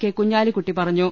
K Kunhalikutty പറഞ്ഞു